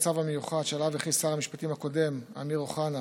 המצב המיוחד שעליו הכריז שר המשפטים הקודם אמיר אוחנה,